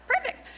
Perfect